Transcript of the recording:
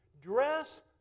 dress